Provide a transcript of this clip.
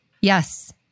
Yes